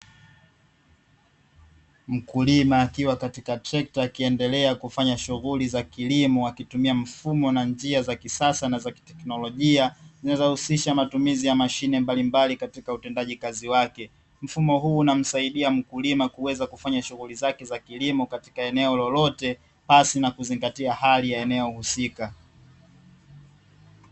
Mkulima akiwa katika trekta akiendelea kufanya shughuli za kilimo, akitumia mfumo na njia za kisasa na za kiteknolojia, zinazohusisha matumizi ya mashine mbalimbali katika utendaji kazi wake. Mfumo huu unamsaidia mkulima kuweza kufanya shughuli zake za kilimo katika eneo lolote, pasi na kuzingatia hali ya eneo husika.